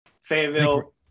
Fayetteville